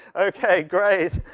okay great.